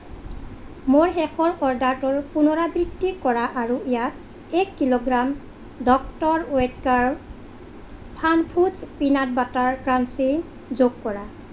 মোৰ শেষৰ অৰ্ডাৰটোৰ পুনৰাবৃত্তি কৰা আৰু ইয়াত এক kilogram doctor Oetker fun foods peanut butter crunchy যোগ কৰা